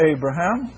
Abraham